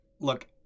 look